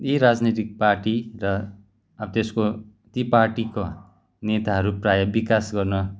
यी राजनीतिक पार्टी र अब त्यसको ति पार्टीको नेताहरू प्रायः विकास गर्न